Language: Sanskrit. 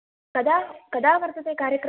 कदा कदा वर्तते कार्यक्रमः